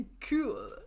cool